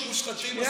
מושחתים.